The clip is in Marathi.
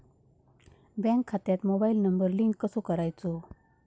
बँक खात्यात मोबाईल नंबर लिंक कसो करायचो?